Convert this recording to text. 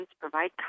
provide